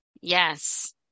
Yes